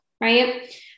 Right